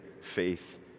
faith